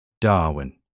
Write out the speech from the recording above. Darwin